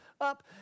up